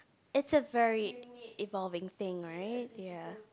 it's a very evolving thing right ya